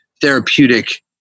therapeutic